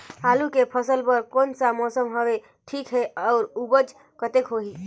आलू के फसल बर कोन सा मौसम हवे ठीक हे अउर ऊपज कतेक होही?